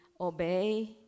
obey